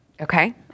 Okay